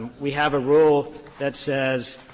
we have a rule that says